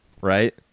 Right